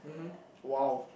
mmhmm !wow!